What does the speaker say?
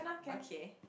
okay